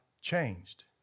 changed